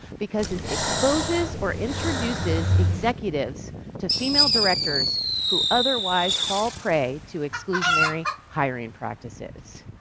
because it exposes or introduces executives to female directors who otherwise fall prey to exclusionary hiring practices.